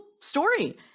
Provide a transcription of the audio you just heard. story